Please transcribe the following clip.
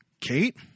Kate